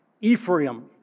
Ephraim